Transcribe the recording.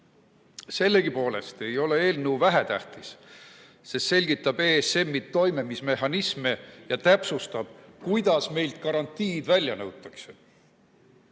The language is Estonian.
Sellegipoolest ei ole eelnõu vähetähtis, sest selgitab ESM‑i toimimismehhanisme ja täpsustab, kuidas meilt garantiid välja nõutakse.